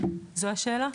זו השאלה?